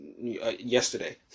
yesterday